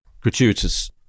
gratuitous